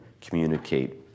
communicate